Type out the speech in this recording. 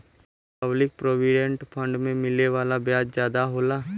public provident fund पे मिले वाला ब्याज जादा होला